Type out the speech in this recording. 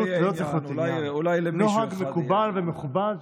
נוהג מקובל ומכובד,